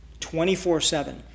24-7